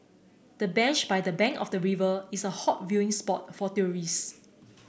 the bench by the bank of the river is a hot viewing spot for tourists